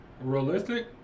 realistic